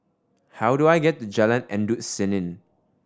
how do I get to Jalan Endut Senin